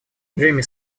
джимми